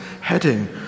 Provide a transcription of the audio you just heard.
heading